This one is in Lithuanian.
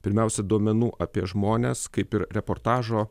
pirmiausia duomenų apie žmones kaip ir reportažo